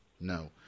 No